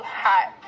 hot